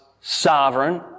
sovereign